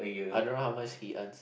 I don't know how much he earns